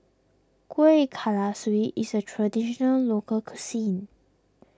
Kuih Kalaswi is a Traditional Local Cuisine